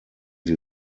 sie